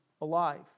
alive